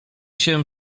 się